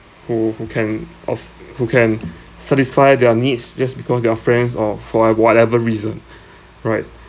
who who can of who can satisfy their needs just because they are friends or for uh whatever reason right